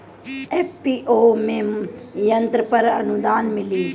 FPO में यंत्र पर आनुदान मिँली?